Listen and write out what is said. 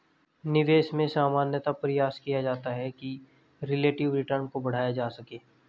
निवेश में सामान्यतया प्रयास किया जाता है कि रिलेटिव रिटर्न को बढ़ाया जा सके